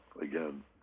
again